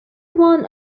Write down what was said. one